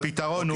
והפתרון הוא,